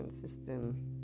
system